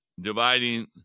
dividing